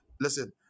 Listen